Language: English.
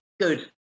Good